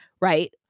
Right